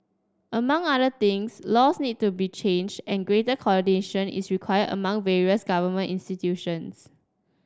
among other things laws need to be changed and greater coordination is required among various government institutions